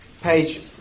Page